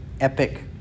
epic